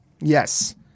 Yes